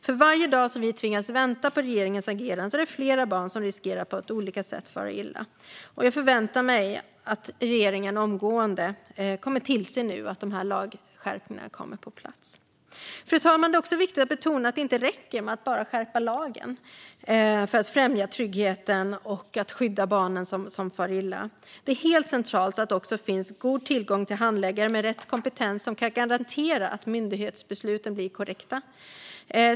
För varje dag vi tvingas vänta på regeringens agerande är det fler barn som riskerar att på olika sätt fara illa. Jag förväntar mig att regeringen omgående tillser att dessa lagskärpningar kommer på plats. Fru talman! Det är också viktigt att betona att det inte räcker med att bara skärpa lagen för att främja tryggheten och skydda de barn som far illa. Det är helt centralt att det också finns god tillgång till handläggare med rätt kompetens som kan garantera att myndighetsbesluten blir korrekta.